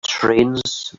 trains